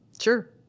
Sure